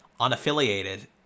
unaffiliated